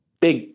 big